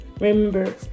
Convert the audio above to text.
remember